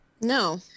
No